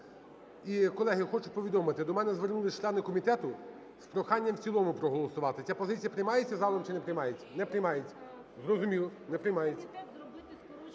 І, колеги, я хочу повідомити. До мене звернулись члени комітету з проханням в цілому проголосувати. Ця позиція приймається залом чи не приймається? Не приймається. Зрозуміло, не приймається.